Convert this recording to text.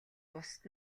бусад